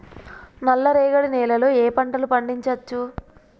నల్లరేగడి నేల లో ఏ ఏ పంట లు పండించచ్చు?